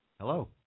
Hello